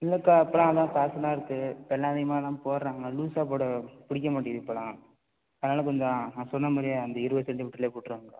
இல்லைக்கா இப்பெல்லாம் அதுதான் ஃபேசனாக இருக்குது இப்பெல்லாம் அதிகமாக அதுதான் போடுறாங்க லூசாக போட பிடிக்க மாட்டேங்குது இப்பெல்லாம் அதனால் கொஞ்சம் நான் சொன்ன மாதிரியே அந்த இருபது சென்டிமீட்டர்லேயே போட்டுருங்கக்கா